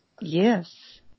Yes